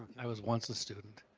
i was once a student.